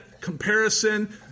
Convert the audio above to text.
comparison